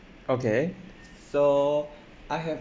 okay so I have